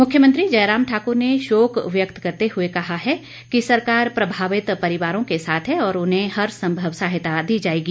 मुख्यमंत्री जयराम ठाक्र ने शोक व्यक्त करते हुए कहा है कि सरकार प्रभावित परिवारों के साथ है और उन्हें हर संभव सहायता दी जाएगी